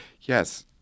yes